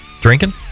drinking